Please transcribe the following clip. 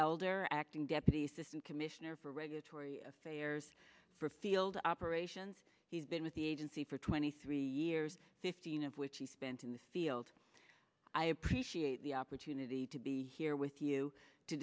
elder acting deputy assistant commissioner for regulatory affairs for field operations he's been with the agency for twenty three years fifteen of which he spent in this field i appreciate the opportunity to be here with you to